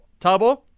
Tabo